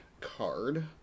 card